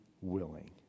willing